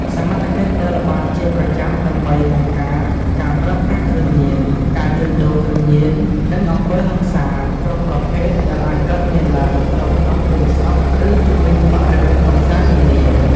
សមត្ថកិច្ចដើរល្បាតជាប្រចាំដើម្បី បង្ការការប្រើប្រាស់គ្រឿងញៀន ការជួញដូរគ្រឿងញៀន និងអំពើហិង្សា គ្រប់ប្រភេទដែលអាចកើតមានឡើងនៅក្នុងភូមិស្រុក ឬជុំវិញបរិវេណកម្សាន្តនានា។